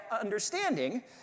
understanding